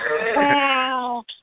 Wow